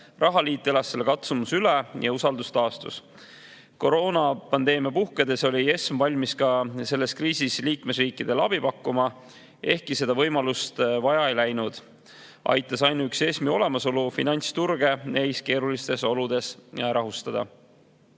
Rahaliit elas selle katsumuse üle ja usaldus taastus. Koroonapandeemia puhkedes oli ESM valmis ka selles kriisis liikmesriikidele abi pakkuma. Ehkki seda võimalust vaja ei läinud, aitas ainuüksi ESM‑i olemasolu finantsturge neis keerulistes oludes rahustada.